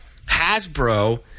Hasbro